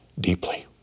deeply